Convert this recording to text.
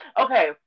Okay